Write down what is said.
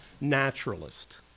naturalist